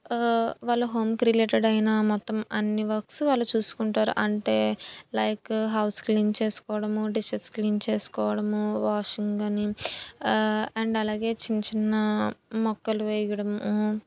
వాళ్ళ హోమ్కి రిలేటెడ్ అయిన మొత్తం అన్నీ వర్క్స్ వాళ్ళు చూసుకుంటారు అంటే లైక్ హౌస్ క్లీన్ చేసుకోవడము డిష్షెస్ క్లీన్ చేసుకోవడము వాషింగ్ అని అండ్ అలాగే చిన్న చిన్న మొక్కలు వేయడము